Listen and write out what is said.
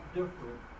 different